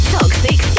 Toxic